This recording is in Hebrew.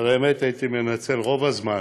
אבל האמת, הייתי מנצל את רוב הזמן.